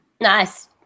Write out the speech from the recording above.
Nice